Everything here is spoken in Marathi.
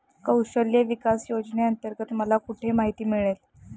कौशल्य विकास योजनेअंतर्गत मला कुठे माहिती मिळेल?